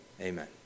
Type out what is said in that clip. Amen